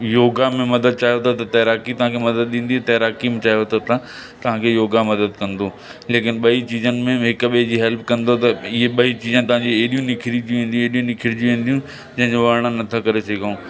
योगा में मदद चाहियो था त तैराकी तव्हांखे मदद ॾींदी तैराकीअ में चाहियो त तव्हां तव्हांखे योगा मदद कंदो लेकिनि ॿई चीजनि में हिकु ॿिएं जी हेल्प कंदव त इहे ॿई चीजा तव्हांजी हेॾियूं निखिरिजी वेंदी हेॾियूं निखिरिजी वेंदियूं जंहिंजो वर्णन नथा करे सघूं